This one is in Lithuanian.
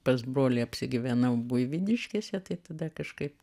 pas brolį apsigyvenau buivydiškėse tai tada kažkaip